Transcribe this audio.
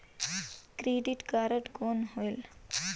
Credit card कौन होएल?